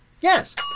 Yes